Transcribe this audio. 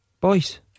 Boys